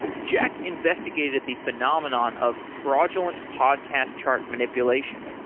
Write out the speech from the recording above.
jack investigated the phenomenon of fraudulent podcast chart manipulation.